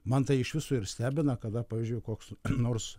man tai iš viso ir stebina kada pavyzdžiui koks nors